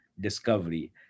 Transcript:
discovery